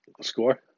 Score